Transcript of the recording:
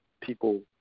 people